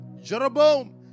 Jeroboam